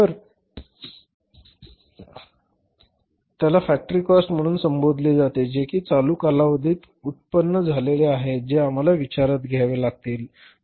असते आणि ती एकूण आहे त्याला फॅक्टरी काॅस्ट म्हणून संबोधले जाते जे कि चालू कालावधीत उत्पन्न झालेले आहेत जे आपणास विचारात घ्यावे लागतील